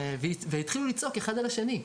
והן התחילו לצעוק אחת על השנייה,